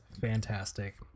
fantastic